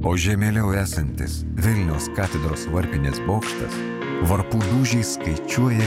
o žemėliau esantis vilniaus katedros varpinės bokštas varpų dūžiais skaičiuoja